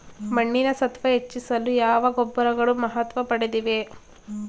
ಮಣ್ಣಿನ ಸತ್ವ ಹೆಚ್ಚಿಸಲು ಯಾವ ಗೊಬ್ಬರಗಳು ಮಹತ್ವ ಪಡೆದಿವೆ?